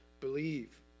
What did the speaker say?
Believe